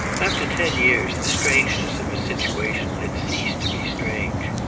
after ten years the strangeness of his situation had ceased to be strange.